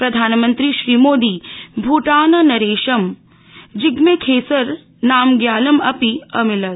प्रधानमंत्री श्रीमोदी भूटाननरेशम् जिग्मेखेसर नाम्ग्यालम् अपि अमिलत्